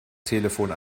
telefon